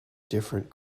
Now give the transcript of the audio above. different